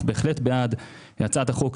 אנחנו בהחלט בעד הצעת החוק,